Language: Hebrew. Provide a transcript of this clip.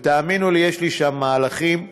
ותאמינו לי, יש לי שם מהלכים להצעה,